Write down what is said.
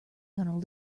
going